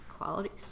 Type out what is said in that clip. qualities